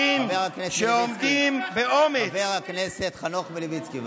חבר הכנסת מלביצקי.